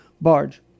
barge